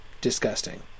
disgusting